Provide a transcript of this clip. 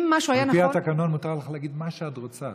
על פי התקנון את יכולה להגיד מה שאת רוצה.